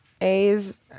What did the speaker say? A's